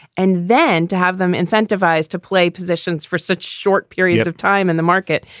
and then to have them incentivized to play positions for such short periods of time in the market.